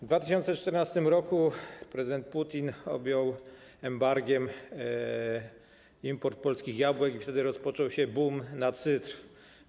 W 2014 r. prezydent Putin objął embargiem import polskich jabłek i wtedy rozpoczął się bum na cydr.